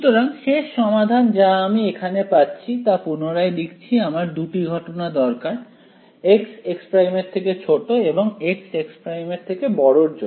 সুতরাং শেষ সমাধান যা আমি এখানে পাচ্ছি তা পুনরায় লিখছি আমার দুটি ঘটনা দরকার x x′ এবং x x′ এর জন্য